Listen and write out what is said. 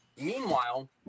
Meanwhile